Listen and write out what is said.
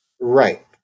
Right